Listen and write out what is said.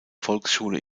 volksschule